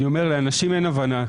לאנשים אין הבנה.